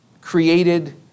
created